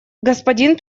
господин